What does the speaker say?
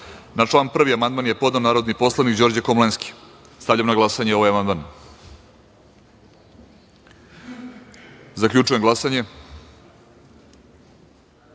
član 1. amandman je podneo narodni poslanik Đorđe Komlenski. Stavljam na glasanje ovaj amandman. Zaključujem glasanje: